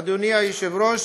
אדוני היושב-ראש,